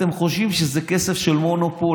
אתם חושבים שזה כסף של מונופול?